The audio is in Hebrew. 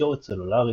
תקשורת סלולרית,